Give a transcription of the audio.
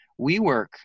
WeWork